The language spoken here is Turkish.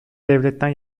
devletten